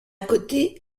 côté